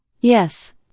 Yes